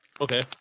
Okay